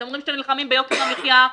אתם אומרים שאתם נלחמים ביוקר המחיה,